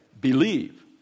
believe